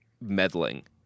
meddling